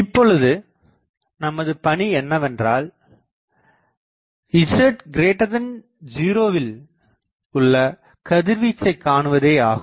இப்பொழுது நமது பணி என்னவென்றால் Z0 வில் உள்ள கதிர்வீச்சை காணுவதேயாகும்